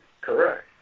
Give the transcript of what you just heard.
correct